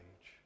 age